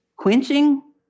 quenching